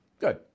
Good